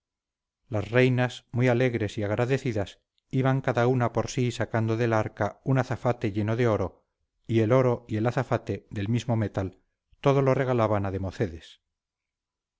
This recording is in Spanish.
las reinas muy alegres y agradecidas iban cada una por sí sacando del arca un azafate lleno de oro y el oro y el azafate del mismo metal todo lo regalaban